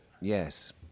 Yes